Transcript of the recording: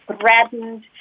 threatened